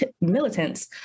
militants